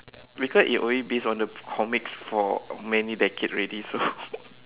because it always based on the comics for many decades already so